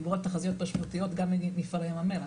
דיברו על תחזיות משמעותיות גם ממפעלי ים המלח,